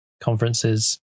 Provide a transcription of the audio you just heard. conferences